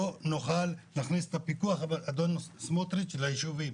לא נוכל להכניס את הפיקוח אדון סמוטריץ' לישובים.